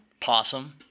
Possum